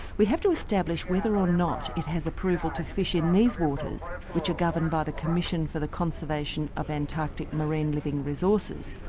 we have to establish whether or not it has approval to fish in these waters which are governed by the commission for the conservation of antarctic marine living resources,